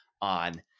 on